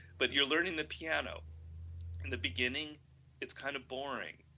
but you are learning the piano and the beginning its kind of boring